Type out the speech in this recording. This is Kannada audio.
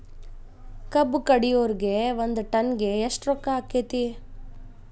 ಕಬ್ಬು ಕಡಿಯುವರಿಗೆ ಒಂದ್ ಟನ್ ಗೆ ಎಷ್ಟ್ ರೊಕ್ಕ ಆಕ್ಕೆತಿ?